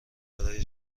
برای